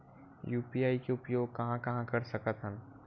UPI के उपयोग कहां कहा कर सकत हन?